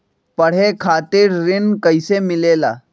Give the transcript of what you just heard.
पढे खातीर ऋण कईसे मिले ला?